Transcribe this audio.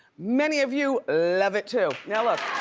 many of you love it too. now look,